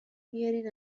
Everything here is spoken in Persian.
بیارین